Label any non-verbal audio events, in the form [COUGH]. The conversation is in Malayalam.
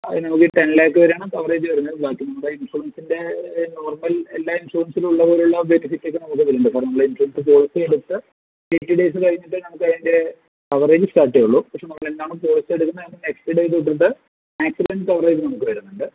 [UNINTELLIGIBLE] ടെൻ ലാഖ് വരെയാണ് കവറേജ് വരുന്നത് ബാക്കി നമ്മുടെ ഇൻഷുറൻസിൻ്റെ നോർമൽ എല്ലാ ഇൻഷുറൻസിലുള്ള പോലുള്ള വെരിഫിക്കേഷൻ നമുക്ക് വരുന്നുണ്ട് അപ്പോൾ നമ്മള് ഇൻഷുറൻസ് ഉദ്ധ്യോഗസ്ഥനെ വിളിച്ച് വെരിഫിക്കേഷൻ കഴിഞ്ഞിട്ട് നമുക്ക് അതിൻ്റെ കവറേജ് സ്റ്റാർട്ട് ചെയ്യുള്ളൂ പക്ഷെ നമ്മൾ എന്നാണോ [UNINTELLIGIBLE] എടുക്കുന്നത് അതിൻ്റെ നെക്സ്റ്റ് ഡേ തൊട്ട് മാക്സിമം കവറേജ് നമുക്ക് വരുന്നുണ്ട്